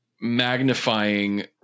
magnifying